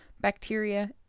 bacteria